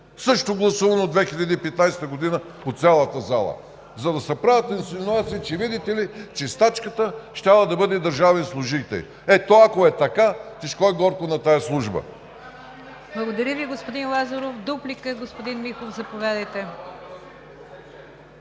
Също гласувано в 2015 г. от цялата зала. За да се правят инсинуации, че, видите ли, чистачката щяла да бъде държавен служител. Е, то ако е така, тежко и горко на тази служба!